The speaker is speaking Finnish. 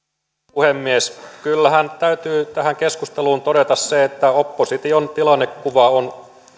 puhemies kyllähän täytyy tähän keskusteluun todeta se että opposition tilannekuva on